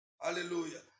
hallelujah